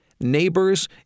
neighbors